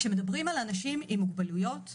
כשמדברים על אנשים עם מוגבלויות,